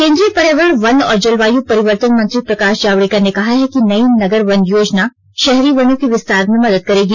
केंद्रीय पर्यावरण वन और जलवाय परिवर्तन मंत्री प्रकाश जावड़ेकर ने कहा है कि नई नगर वन योजना शहरी वनों के विस्तार में मदद करेगी